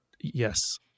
Yes